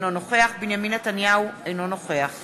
אינו נוכח בנימין נתניהו, אינו נוכח